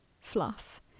fluff